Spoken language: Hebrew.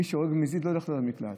מי שהורג במזיד לא הולך לעיר מקלט.